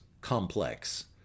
complex